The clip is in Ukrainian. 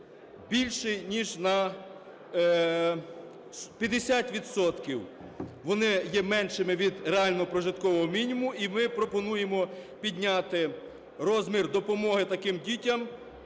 більше ніж на 50 відсотків. Вони є меншими від реального прожиткового мінімум. І ми пропонуємо підняти розмір допомоги таким дітям,